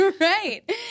Right